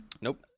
Nope